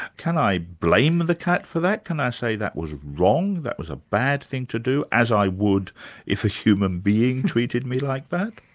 can i blame the cat for that? can i say that was wrong, that was a bad thing to do', as i would if a human being treated me like that?